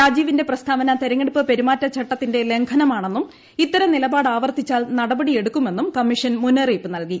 രാജീവിന്റെ പ്രസ്താവന തെരഞ്ഞെടുപ്പ് പെരുമാറ്റച്ചട്ടത്തിന്റെ ലംഘനമാണെന്നും ഇത്തരം നിലപാട് ആവർത്തിച്ചാൽ നടപടിയെടുക്കുമെന്നും കമ്മീഷൻ മുന്നറിയിപ്പ് നൽകി